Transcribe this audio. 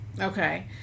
Okay